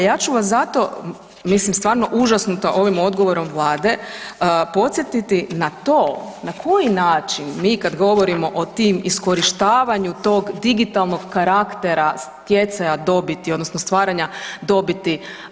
Ja ću vas zato mislim stvarno užasnuta ovim odgovorom Vlade, podsjetiti na to na koji način mi kad govorimo o tom iskorištavanju tog digitalnog karaktera stjecaja dobiti odnosno stvaranja dobiti.